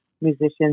musicians